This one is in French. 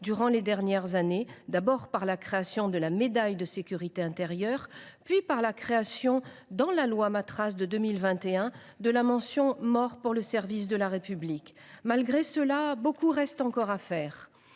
durant les dernières années, d’abord au travers de la création de la médaille de la sécurité intérieure, puis par la création, dans la loi Matras de 2021, de la mention « Mort pour le service de la République ». Malgré cela, beaucoup reste encore à faire.